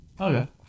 Okay